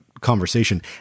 conversation